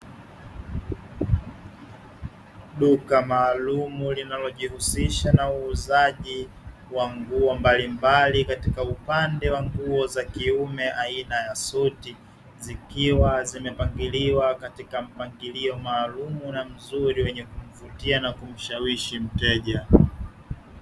Duka maalum linalojihusisha na uuzaji wa nguo mbalimbali katika upande wa nguo za kiume aina ya suti, zikiwa zimepangiliwa katika mpangilio maalum na mzuri na wenye kumvutia na kumshawishi mteja.